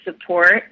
support –